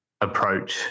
approach